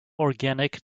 organic